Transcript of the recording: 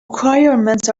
requirements